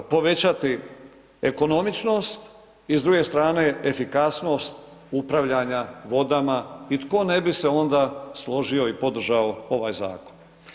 Povećati ekonomičnost i s druge strane efikasnost upravljanja vodama i tko ne bi se onda složio i podržao ovaj zakon.